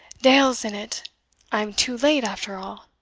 deil's in it i am too late after all!